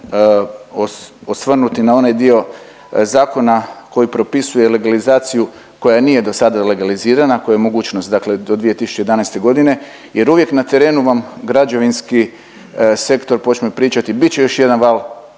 osvrnuti na onaj dio zakona koji propisuje legalizaciju koja nije do sada legalizirana, koja je mogućnost dakle do 2011. godine jer uvijek na terenu vam građevinski sektor počne pričati, bit će još jedan val